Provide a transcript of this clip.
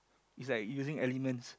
is like using elements